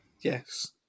Yes